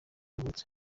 yavutse